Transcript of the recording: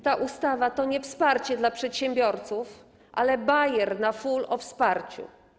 Ta ustawa to nie wsparcie dla przedsiębiorców, ale bajer na ful o wsparciu.